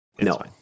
no